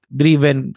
driven